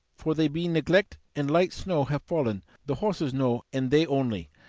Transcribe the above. for they be neglect and light snow have fallen the horses know and they only.